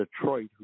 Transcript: Detroit